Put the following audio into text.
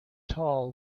tall